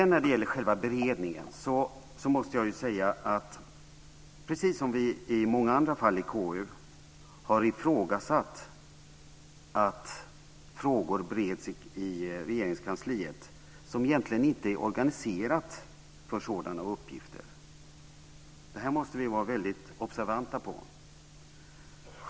När det gäller själva beredningen måste jag säga att precis som i många andra fall i KU har vi ifrågasatt att frågor bereds i Regeringskansliet, som egentligen inte är organiserat för sådana uppgifter. Det här måste vi vara observanta på.